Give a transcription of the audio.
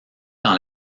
dans